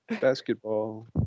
basketball